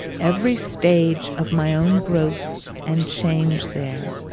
every stage of my own growth and change there,